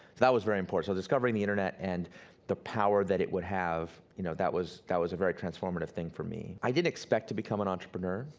that was very important, so discovering the internet and the power that it would have, you know that was that was a very transformative thing for me. i didn't expect to become an entrepreneur.